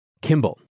Kimball